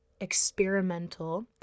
experimental